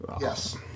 Yes